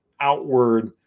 outward